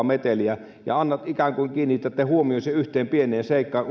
meteliä ja ikään kuin kiinnitätte huomion siihen yhteen pieneen seikkaan